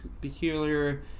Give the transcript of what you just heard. peculiar